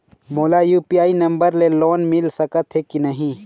मोला UPI number ले loan मिल सकथे कि नहीं?